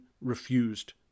refused